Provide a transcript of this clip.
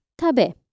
tabe